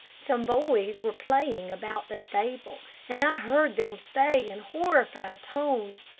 some boys were playing about the stable, and i heard them say, in horrified tones,